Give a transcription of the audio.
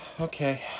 Okay